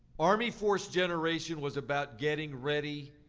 army force generation was about getting ready,